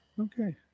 Okay